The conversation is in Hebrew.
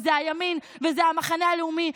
וזה הימין וזה המחנה הלאומי.